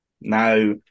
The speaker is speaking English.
Now